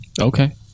Okay